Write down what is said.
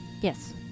Yes